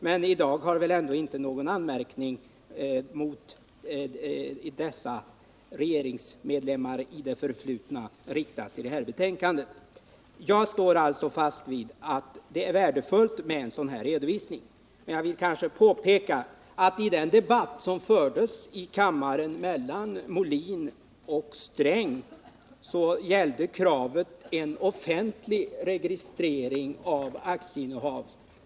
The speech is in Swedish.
Men det har väl ändå inte i detta betänkande riktats någon anmärkning mot dessa regeringsmedlemmar i det förflutna. Jag står alltså kvar vid att det är värdefullt med en sådan här redovisning. Men jag vill påpeka att kravet i den debatt som fördes här i kammaren mellan Björn Molin och Gunnar Sträng gällde en offentlig registrering av aktieinnehav.